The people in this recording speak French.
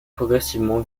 progressivement